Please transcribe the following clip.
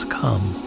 come